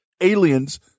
aliens